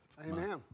Amen